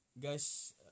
guys